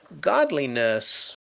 Godliness